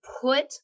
put